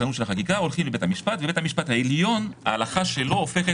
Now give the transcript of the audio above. בית המשפט העליון פסק